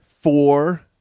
four